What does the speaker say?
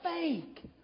fake